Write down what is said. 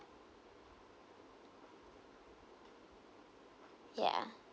ya